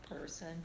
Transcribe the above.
person